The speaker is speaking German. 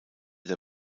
der